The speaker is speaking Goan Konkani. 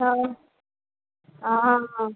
आं आं